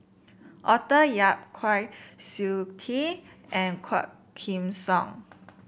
Arthur Yap Kwa Siew Tee and Quah Kim Song